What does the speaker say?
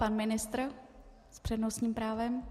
Pan ministr s přednostním právem.